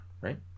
right